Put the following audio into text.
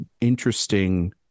interesting